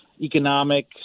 economic